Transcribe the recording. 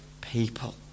people